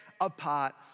apart